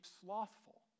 slothful